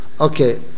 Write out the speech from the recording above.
okay